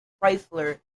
chrysler